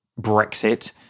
Brexit